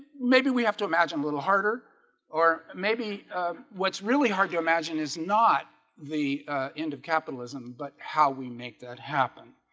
maybe we have to imagine a little harder or maybe what's really hard to imagine is not the end of capitalism, but how we make that happen?